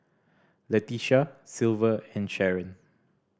Leticia Silver and Sharon